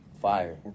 Fire